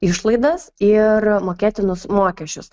išlaidas ir mokėtinus mokesčius